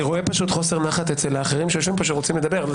אני פשוט רואה חוסר נחת אצל האחרים שיושבים כאן ורוצים לדבר.